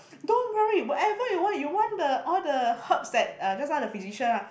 don't worry whatever you want you want the all the herbs that uh just now that physician ah